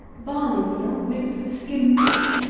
barley-meal, mixed with skim-milk,